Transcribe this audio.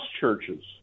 churches